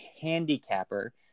handicapper